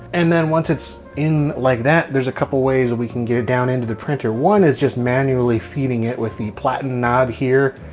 and then once it's in like that, there's a couple ways that we can get it down into the printer. one is just manually feeding it with the platen knob here,